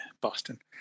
Boston